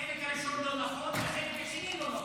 החלק הראשון לא נכון והחלק השני לא נכון.